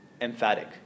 emphatic